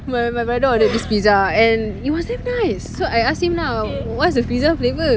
my my brother ordered this pizza and it was damn nice so I ask him lah what's the pizza flavour